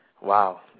Wow